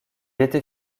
était